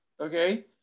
okay